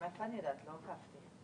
את לא חייבת לענות.